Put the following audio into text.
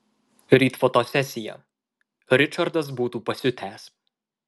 ryt fotosesija ričardas būtų pasiutęs